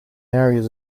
areas